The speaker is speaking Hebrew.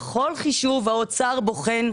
בכל חישוב האוצר בוחן.